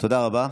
תודה רבה,